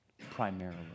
primarily